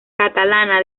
catalana